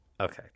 Okay